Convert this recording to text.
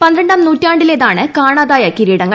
പന്ത്രണ്ടാം നൂറ്റാണ്ടിലേ താണ് കാണാതായ കിരീടങ്ങൾ